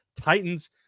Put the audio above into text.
Titans